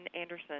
Anderson